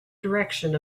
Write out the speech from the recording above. direction